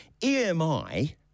EMI